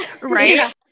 Right